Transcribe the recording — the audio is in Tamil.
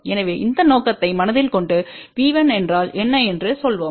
எனவே அந்த நோக்கத்தை மனதில் கொண்டு V1என்றால் என்ன என்று சொல்வோம்